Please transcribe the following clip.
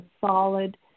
solid